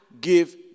give